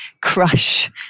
crush